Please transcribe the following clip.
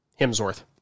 Hemsworth